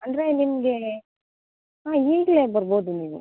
ಅಂದರೆ ನಿಮಗೆ ಹಾಂ ಈಗಲೆ ಬರ್ಬೋದು ನೀವು